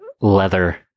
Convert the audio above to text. leather